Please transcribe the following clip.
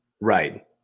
Right